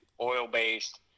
oil-based